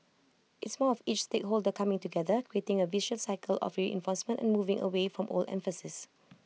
it's more of each stakeholder coming together creating A virtuous cycle of reinforcement and moving away from old emphases